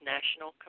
National